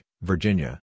Virginia